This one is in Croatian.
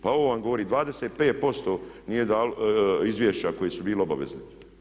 Pa ovo vam govori, 25% nije dalo izvješća koji su bili obavezni.